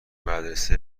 مدرسه